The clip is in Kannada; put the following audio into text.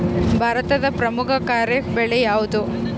ಭಾರತದ ಪ್ರಮುಖ ಖಾರೇಫ್ ಬೆಳೆ ಯಾವುದು?